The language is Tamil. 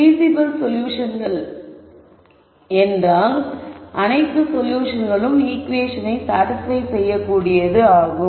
பீசிபிள் சொல்யூஷன்கள் என்றால் அனைத்து சொல்யூஷன்களும் ஈகுவேஷனை சாடிஸ்பய் செய்யக் கூடியது ஆகும்